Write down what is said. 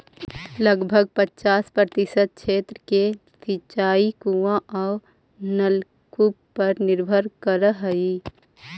लगभग पचास प्रतिशत क्षेत्र के सिंचाई कुआँ औ नलकूप पर निर्भर करऽ हई